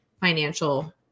financial